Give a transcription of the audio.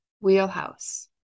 wheelhouse